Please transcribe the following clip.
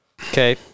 Okay